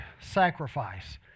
sacrifice